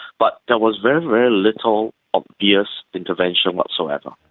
but there was very, very little obvious intervention whatsoever.